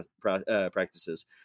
practices